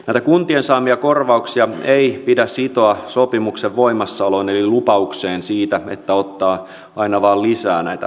näitä kuntien saamia korvauksia ei pidä sitoa sopimuksen voimassaoloon eli lupaukseen siitä että ottaa aina vain lisää näitä pakolaisia